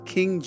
King